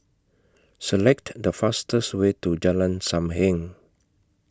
Select The fastest Way to Jalan SAM Heng